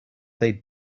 they